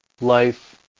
life